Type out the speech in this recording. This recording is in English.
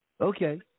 Okay